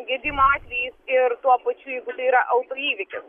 gedimo atvejais ir tuo pačiu jeigu tai yra autoįvykis